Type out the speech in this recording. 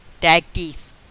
tactics